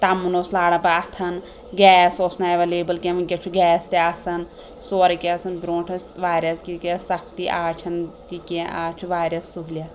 تَمُن اوس لاران پتہٕ اَتھن گیس اوس نہٕ ایٚولیبٕل کیٚنٛہہ وُنٛکیٚس چھُ گیس تہِ آسان سورُے کیٚنٛہہ آسان برٛونٛٹھ ٲسۍ واریاہ سَختی آز چھَنہٕ تہِ کیٚنٛہہ آز چھِ واریاہ سہوٗلِیت